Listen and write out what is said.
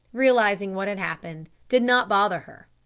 realising what had happened, did not bother her,